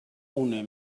une